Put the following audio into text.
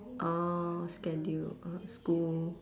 orh schedule uh school